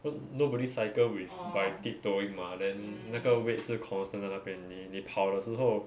no~ nobody cycle with by tiptoeing mah then 那个 weight 是 constant 在那边你你跑的时候